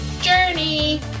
Journey